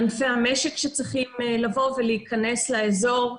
ענפי המשק שצריכים לבוא ולהיכנס לאזור,